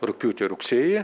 rugpjūtį rugsėjį